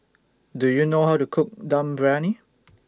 Do YOU know How to Cook Dum Briyani